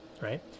right